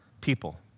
people